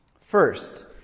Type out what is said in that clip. First